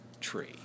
tree